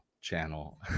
channel